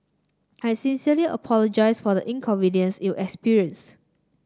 I sincerely apologise for the inconvenience you experienced